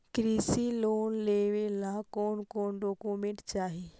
कृषि लोन लेने ला कोन कोन डोकोमेंट चाही?